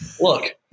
look